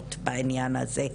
תשובות בעניין הזה.